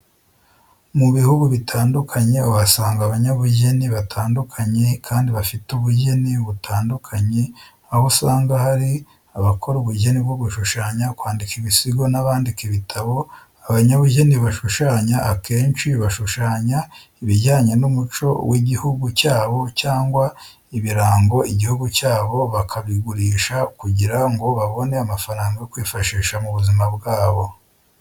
Mu bihugu bitandukanye uhasanga abanyabujyeni batandukakanye kandi bafite ubujyeni butandukanye aho usanga hari abakora ubujyeni bwo gushushanya, kwandika ibisigo, n'abandika ibitabo. Abanyabujyeni bashushanya akenci bashushanya ibijyanye n'umuco w'ijyihungu cyabo cyangwa ibiranga ijyihugu cyabo, bakabigurisha kujyira ngo babone amafaranga yo kwifashisha mu buzima bwabo